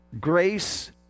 Grace